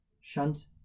shunt